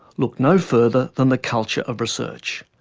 look no further than the culture of research.